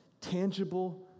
Tangible